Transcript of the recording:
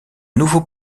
nouveau